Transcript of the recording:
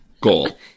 goal